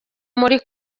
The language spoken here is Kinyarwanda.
muri